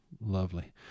lovely